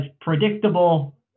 predictable